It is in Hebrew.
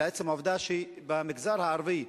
לעצם העובדה שבמגזר הערבי,